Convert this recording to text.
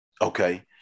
Okay